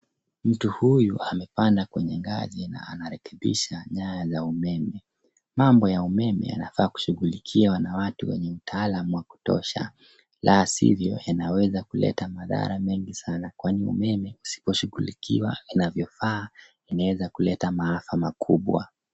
Mtu huyu amepanda kwenye gari na anarekebisha nyaya za umeme. Mambo ya umeme yanafaa kushughulikiwa na watu wenye mtaalamu wa kutosha, la si hivyo inaweza kuleta madhara mengi sana, kwani umeme isipo shughulikiwa inavyofaa, inaweza kuleta maafa makubwa.